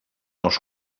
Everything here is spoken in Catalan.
els